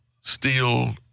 steel